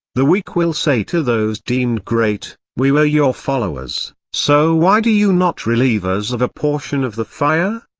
the weak will say to those deemed great, we were your followers, so why do you not relieve us of a portion of the fire?